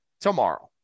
tomorrow